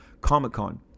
comic-con